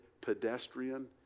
pedestrian